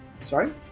sorry